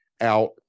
out